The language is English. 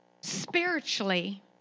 Spiritually